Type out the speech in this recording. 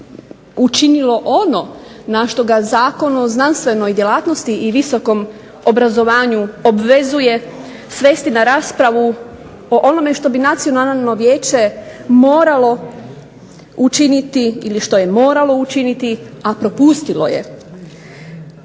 učinilo ono na što ga Zakon o znanstvenoj djelatnosti i visokom obrazovanju obvezuje svesti na raspravu o onome što bi Nacionalno vijeće moralo učiniti ili što je moralo učiniti, a propustilo je.